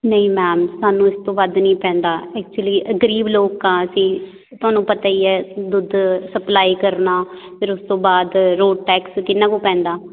ਨਹੀਂ ਮੈਮ ਸਾਨੂੰ ਇਸ ਤੋਂ ਵੱਧ ਨਹੀਂ ਪੈਂਦਾ ਐਕਚੁਲੀ ਗਰੀਬ ਲੋਕ ਹਾਂ ਅਸੀਂ ਤੁਹਾਨੂੰ ਪਤਾ ਹੀ ਹੈ ਦੁੱਧ ਸਪਲਾਈ ਕਰਨਾ ਫਿਰ ਉਸ ਤੋਂ ਬਾਅਦ ਰੋਡ ਟੈਕਸ ਕਿੰਨਾ ਕੁ ਪੈਂਦਾ